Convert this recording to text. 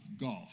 golf